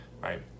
right